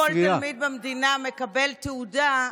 אם כל תלמיד במדינה מקבל תעודה,